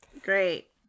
Great